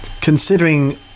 considering